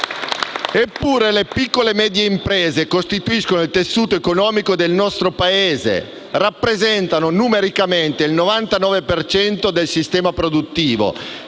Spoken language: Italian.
Eppure le piccole e medie imprese costituiscono il tessuto economico del nostro Paese, rappresentano numericamente il 99 per cento del sistema produttivo,